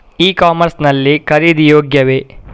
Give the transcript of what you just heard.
E commerce ಲ್ಲಿ ಖರೀದಿ ಯೋಗ್ಯವೇ?